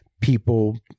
people